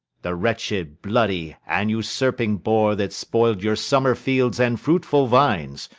the wretched, bloody, and usurping boar that spoil'd your summer fields and fruitful vines,